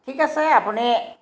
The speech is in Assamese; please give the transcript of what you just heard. ঠিক আছে আপুনি